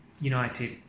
United